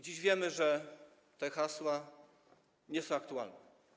Dziś wiemy, że te hasła nie są aktualne.